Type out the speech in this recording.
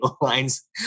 lines